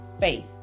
faith